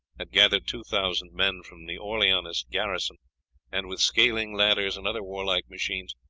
had gathered two thousand men from the orleanist garrisons and, with scaling-ladders and other warlike machines,